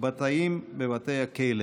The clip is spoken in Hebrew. בתאים בבתי הכלא.